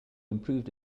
improved